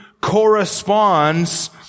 corresponds